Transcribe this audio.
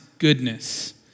goodness